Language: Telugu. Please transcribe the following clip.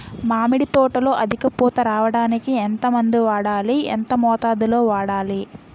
మామిడి తోటలో అధిక పూత రావడానికి ఎంత మందు వాడాలి? ఎంత మోతాదు లో వాడాలి?